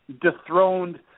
dethroned